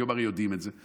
היום הרי יודעים את זה.